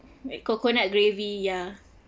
with coconut gravy ya